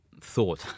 thought